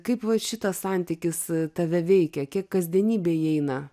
kaip va šitas santykis tave veikia kiek kasdienybė įeina